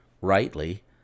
rightly